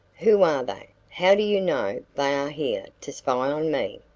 who are they how do you know they are here to spy on me?